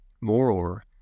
Moreover